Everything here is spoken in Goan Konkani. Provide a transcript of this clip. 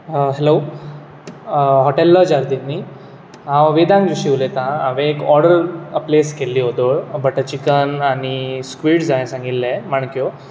हेलो हॉटेल ला जार्दीन न्ही हांव वेदान जोशी उलयतां हांवेन एक ओर्डर प्लेस केल्ली व्होदोळ बटर चिकन आनी स्क्विड्स जाय सांगिल्ले माणक्यो